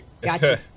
Gotcha